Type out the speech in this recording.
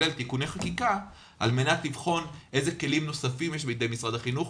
כולל תיקוני חקיקה על מנת לבחון איזה כלים נוספים יש בידי משרד החינוך,